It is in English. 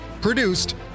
Produced